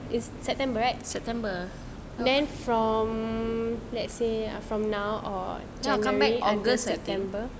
is september right then from let's say from now or january until september